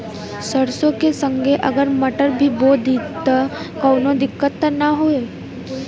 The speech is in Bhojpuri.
सरसो के संगे अगर मटर भी बो दी त कवनो दिक्कत त ना होय?